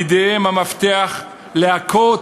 בידיהם המפתח להכות